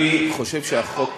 זה החוק.